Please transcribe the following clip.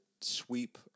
sweep